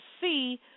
see